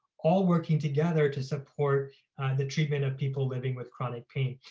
all working together to support the treatment of people living with chronic pain.